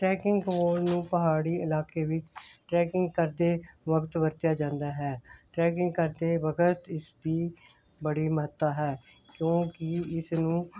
trekking coat ਨੂੰ ਪਹਾੜੀ ਇਲਾਕੇ ਵਿੱਚ ਟਰੈਕਿੰਗ ਕਰਦੇ ਵਕਤ ਵਰਤਿਆ ਜਾਂਦਾ ਹੈ ਟਰੈਕਿੰਗ ਕਰਦੇ ਵਕਤ ਇਸ ਦੀ ਬੜੀ ਮਹੱਤਤਾ ਹੈ ਕਿਉਂਕਿ ਇਸਨੂੰ